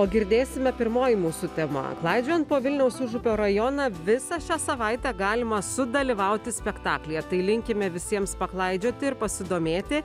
o girdėsime pirmoji mūsų tema klaidžiojant po vilniaus užupio rajoną visą šią savaitę galima sudalyvauti spektaklyje tai linkime visiems paklaidžioti ir pasidomėti